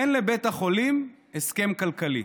אין לבית החולים הסכם כלכלי.